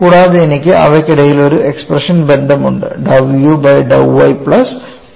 കൂടാതെ എനിക്കു അവയ്ക്കിടയിൽ ഒരു എക്സ്പ്രഷൻ ബന്ധമുണ്ട് dou uബൈ dou y plus dou v by dou x